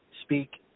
speak